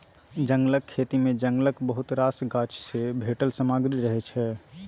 जंगलक खेती मे जंगलक बहुत रास गाछ सँ भेटल सामग्री रहय छै